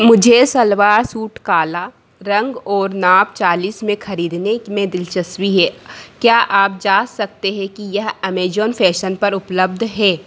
मुझे सलवार सूट काला रंग ओर नाप चालीस में खरीदने में दिलचस्पी है क्या आप जाँच सकते हे कि यह अमेजॉन फै़सन पर उपलब्ध हे